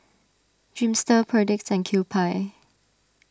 Dreamster Perdix and Kewpie